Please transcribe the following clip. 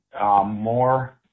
more